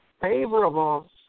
favorable